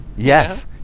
Yes